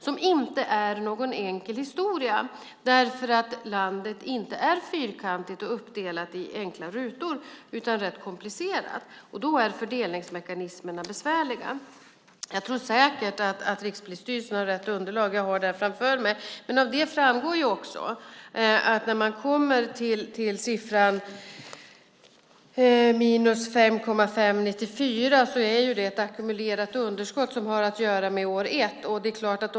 Det är inte någon enkel historia, därför att landet inte är fyrkantigt och uppdelat i enkla rutor, utan rätt komplicerat. Då är fördelningsmekanismerna besvärliga. Jag tror säkert att Rikspolisstyrelsen har rätt underlag. Jag har det framför mig. Av det framgår att siffran minus 5,5 är ett ackumulerat underskott som har att göra med år ett.